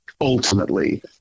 ultimately